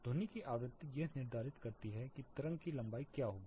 ध्वनि की आवृत्ति यह निर्धारित करती है कि तरंग की लंबाई क्या होगी